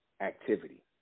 activity